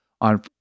on